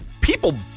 people